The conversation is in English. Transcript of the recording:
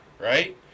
right